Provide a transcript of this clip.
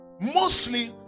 mostly